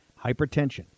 hypertension